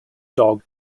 dog